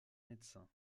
médecin